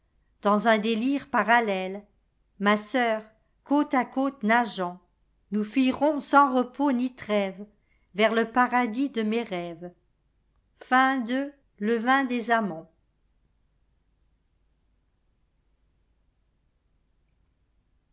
dans un délire parailèie ma sœur côte à côte nageant nous fuirons sans repos ni trêvesvers le paradis de mes rêves